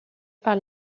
par